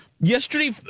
yesterday